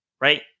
right